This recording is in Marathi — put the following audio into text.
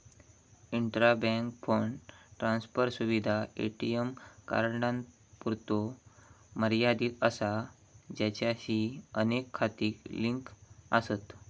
इंट्रा बँक फंड ट्रान्सफर सुविधा ए.टी.एम कार्डांपुरतो मर्यादित असा ज्याचाशी अनेक खाती लिंक आसत